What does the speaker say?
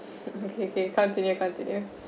okay kay continue continue